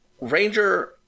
ranger